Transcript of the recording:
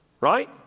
right